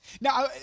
Now